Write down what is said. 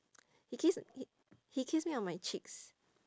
he kissed h~ he kissed me on my cheeks